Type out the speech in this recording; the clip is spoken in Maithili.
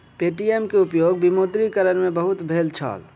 पे.टी.एम के उपयोग विमुद्रीकरण में बहुत भेल छल